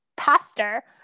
pastor